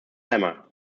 lemma